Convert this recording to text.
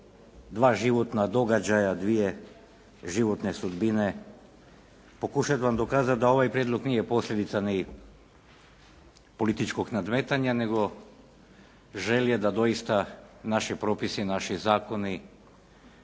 dva životna događaja, dvije životne sudbine. Pokušat vam dokazat da ovaj prijedlog nije posljedica niti političkog nadmetanja, nego želje da doista naši propisi, naši zakoni